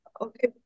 Okay